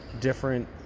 different